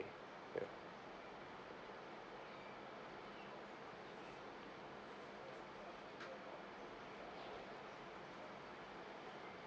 ya